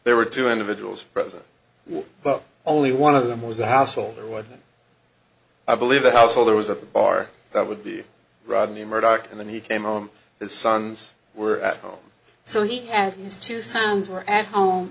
there were two individuals present but only one of them was a householder what i believe the householder was a bar that would be rodney murdock and then he came on his sons were at home so he and his two sons were at home